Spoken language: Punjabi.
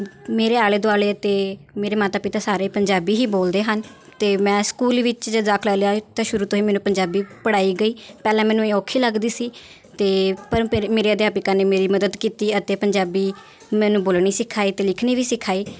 ਮੇਰੇ ਆਲੇ ਦੁਆਲੇ ਅਤੇ ਮੇਰੇ ਮਾਤਾ ਪਿਤਾ ਸਾਰੇ ਪੰਜਾਬੀ ਹੀ ਬੋਲਦੇ ਹਨ ਅਤੇ ਮੈਂ ਸਕੂਲ ਵਿੱਚ ਜਦ ਦਾਖ਼ਲਾ ਲਿਆ ਤਾਂ ਸ਼ੁਰੂ ਤੋਂ ਹੀ ਮੈਨੂੰ ਪੰਜਾਬੀ ਪੜ੍ਹਾਈ ਗਈ ਪਹਿਲਾਂ ਮੈਨੂੰ ਇਹ ਔਖੀ ਲੱਗਦੀ ਸੀ ਅਤੇ ਪਰ ਮੇਰੇ ਅਧਿਆਪਕਾਂ ਨੇ ਮੇਰੀ ਮਦਦ ਕੀਤੀ ਅਤੇ ਪੰਜਾਬੀ ਮੈਨੂੰ ਬੋਲਣੀ ਸਿਖਾਈ ਅਤੇ ਲਿਖਣੀ ਵੀ ਸਿਖਾਈ